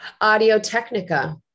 Audio-Technica